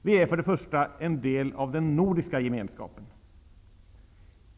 Vi är för det första en del av den nordiska gemenskapen.